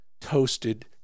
toasted